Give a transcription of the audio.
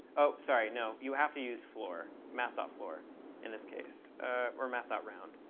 oh, sorry, no. you have to use floor, math ah floor in this case or math round,